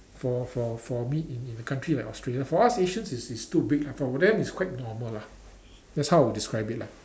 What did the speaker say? for for for meat in in a country like Australia for us Asians it's it's too big but for them it's quite normal lah that's how I would describe it lah